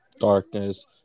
darkness